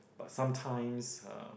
but sometimes uh